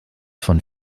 von